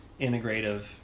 integrative